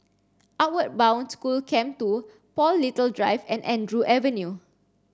outward Bound School Camp two Paul Little Drive and Andrew Avenue